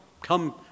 come